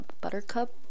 Buttercup